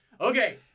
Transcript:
Okay